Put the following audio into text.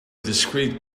discrete